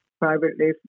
privately